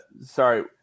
sorry